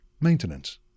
maintenance